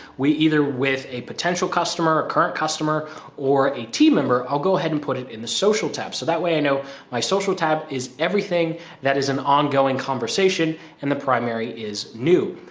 we either with a potential customer, current customer or a team member, i'll go ahead and put it in the social tab. so that way i know my social tab is everything that is an ongoing conversation and the primary is new.